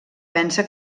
pensa